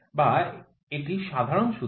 বা এটি সাধারণ সূত্র